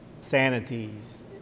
sanities